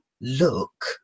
look